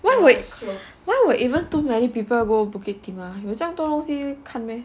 why would even too many people go bukit timah 有这样多东西看 meh